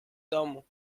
domu